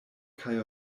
kaj